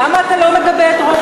למה אתה לא מגבה את ראש הממשלה שלך,